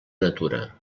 natura